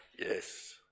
Yes